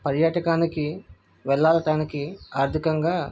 పర్యాటకానికి వెళ్ళటానికి ఆర్థికంగా